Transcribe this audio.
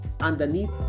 underneath